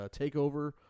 takeover